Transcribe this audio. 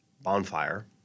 bonfire